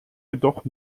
jedoch